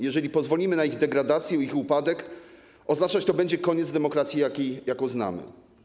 Jeżeli pozwolimy na ich degradację, upadek, oznaczać to będzie koniec demokracji, jaką znamy.